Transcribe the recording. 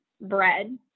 Bread